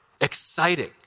exciting